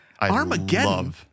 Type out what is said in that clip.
Armageddon